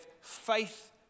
faith